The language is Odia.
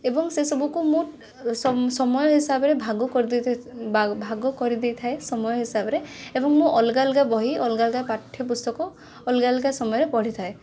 ଏବଂ ସେ ସବୁକୁ ମୁଁ ସମୟ ହିସାବରେ ଭାଗ ଭାଗ କରିଦେଇଥାଏ ସମୟ ହିସାବରେ ଏବଂ ମୁଁ ଅଲଗା ଅଲଗା ବହି ଅଲଗା ଅଲଗା ପାଠ୍ୟପୁସ୍ତକ ଅଲଗା ଅଲଗା ସମୟରେ ପଢ଼ିଥାଏ